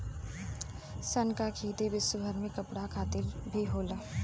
सन कअ खेती विश्वभर में कपड़ा खातिर भी होला